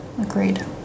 Agreed